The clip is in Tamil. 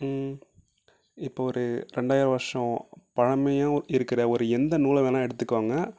இப்போது ஒரு ரெண்டாயிரம் வருஷம் பழமையும் இருக்கிற ஒரு எந்த நூலை வேணுணா எடுத்துக்கோங்க